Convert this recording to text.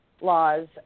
laws